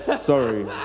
Sorry